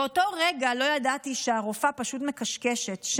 באותו רגע לא ידעתי שהרופאה פשוט מקשקשת,